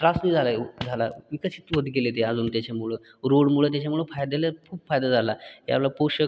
त्रास झाला आहे झाला विकसित होत गेले ते अजून त्याच्यामुळे रोडमुळं त्याच्यामुळे फायद्याला खूप फायदा झाला यामुळे पोषक